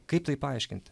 kaip tai paaiškinti